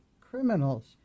criminals